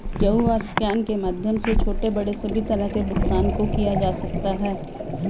QR scan के माध्यम से छोटे बड़े सभी तरह के भुगतान को किया जा सकता है